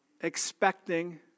expecting